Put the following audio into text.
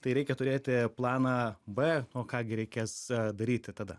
tai reikia turėti planą b o ką gi reikės daryti tada